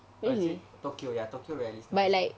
tokyo ya tokyo rarely snow